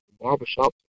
barbershop